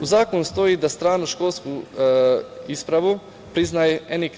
U zakonu stoji da stranu školsku ispravu priznaje ENIK/